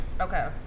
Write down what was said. Okay